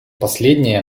последнее